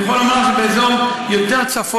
אני רק יכול לומר שבאזור יותר צפונה,